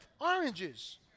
oranges